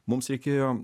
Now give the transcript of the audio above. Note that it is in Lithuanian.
mums reikėjo